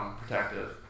protective